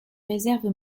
réserves